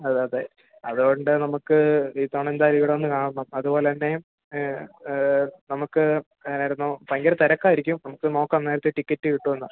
അതെ അതെ അത് കൊണ്ട് നമുക്ക് ഈ തവണ എന്തായാലും ഇവിടെ വന്ന് കാണണം അതുപോലെത്തന്നെ നമുക്ക് എങ്ങനെയായിരുന്നു ഭയങ്കര തിരക്കായിരിക്കും നമുക്ക് നോക്കാം നേരത്തെ ടിക്കറ്റ് കിട്ടുമോ എന്ന്